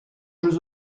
jeux